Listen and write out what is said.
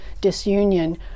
disunion